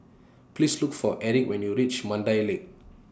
Please Look For Erick when YOU REACH Mandai Lake